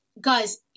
guys